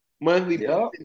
monthly